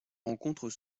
rencontrent